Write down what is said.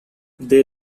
they